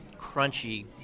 crunchy